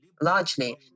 largely